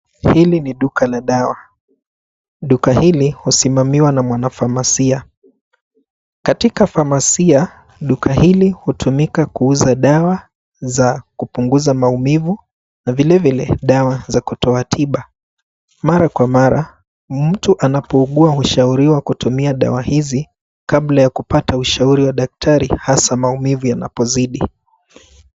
Hili ni duka la dawa. Duka hili husimamiwa na mwanafamasia. Katika famasia, duka hili hutumika kuuza dawa za kupunguza maumivu na vile vile dawa za kutoa tiba. Mara kwa mara mtu anapougua hushauriwa kutumia dawa hizi kabla ya kupata ushauri wa daktari hasa maumivu yanapozidi.